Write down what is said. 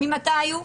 ממתי הוא?